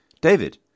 David